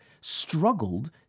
struggled